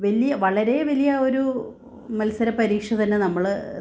വലിയ വളരെ വലിയൊരു മത്സര പരീക്ഷ തന്നെ നമ്മൾ